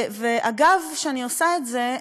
ואגב שאני עושה את זה,